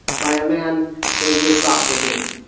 by a man named yitzhak rabin.